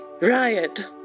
Riot